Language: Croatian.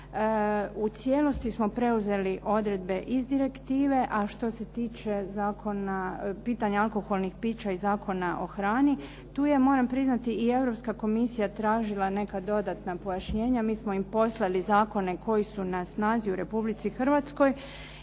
U cijelosti smo preuzeli odredbe iz direktive, a što se tiče zakona, pitanja alkoholnih pića i Zakona o hrani tu ja moram priznati i Europska komisija tražila neka dodatna pojašnjenja. Mi smo im poslali zakone koji su na snazi u Republici Hrvatskoj